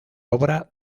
obra